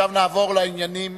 ועכשיו נעבור לעניינים,